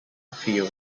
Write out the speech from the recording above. feel